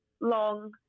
long